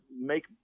make